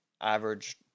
average